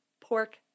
pork